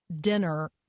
dinner